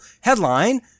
headline